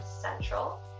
Central